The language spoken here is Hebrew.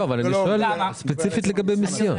אני שואל ספציפית לגבי מיסיון.